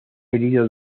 herido